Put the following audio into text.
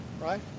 right